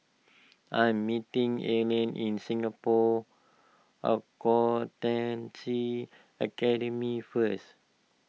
I am meeting Allen in Singapore Accountancy Academy first